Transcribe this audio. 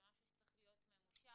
זה משהו שצריך להיות ממושך,